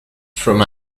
through